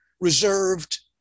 reserved